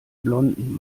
blonden